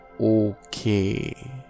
okay